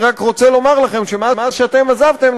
אני רק רוצה לומר לכם שמאז שאתם עזבתם